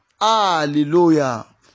hallelujah